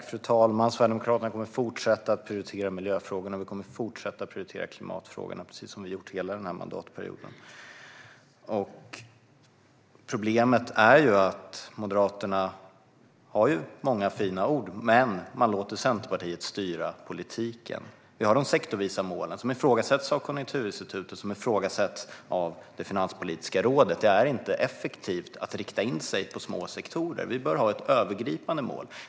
Fru talman! Sverigedemokraterna kommer att fortsätta att prioritera miljö och klimatfrågorna, precis som vi gjort hela denna mandatperiod. Problemet är att Moderaterna har många fina ord, men man låter Centerpartiet styra politiken. Vi har de sektorsvisa målen, som ifrågasätts av Konjunkturinstitutet och Finanspolitiska rådet. Det är inte effektivt att rikta in sig på små sektorer, utan vi bör ha ett övergripande mål.